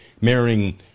mirroring